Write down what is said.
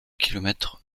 kilomètres